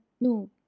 No